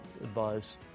advice